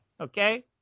okay